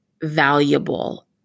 valuable